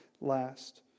last